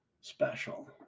special